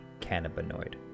cannabinoid